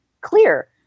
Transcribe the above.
clear